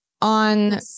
on